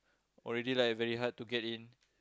already like very hard to get in